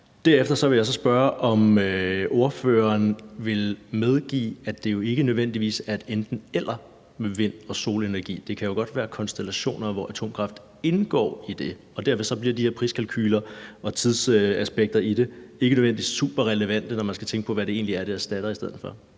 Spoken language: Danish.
Derefter vil jeg så spørge, om ordføreren vil medgive, at det jo ikke nødvendigvis er et enten-eller med vind- og solenergi. Der kan jo godt være konstellationer, som atomkraft indgår i. Og derved bliver de her priskalkuler og tidsaspekter i det ikke nødvendigvis super relevante, altså når man skal tænke på, hvad det egentlig er, det erstatter. Har